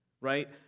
right